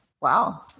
wow